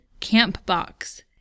Campbox